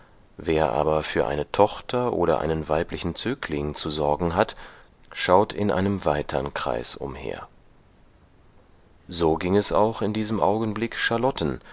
wer aber für eine tochter oder einen weiblichen zögling zu sorgen hat schaut in einem weitern kreis umher so ging es auch in diesem augenblick